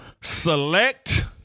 select